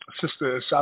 Sister